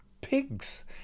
pigs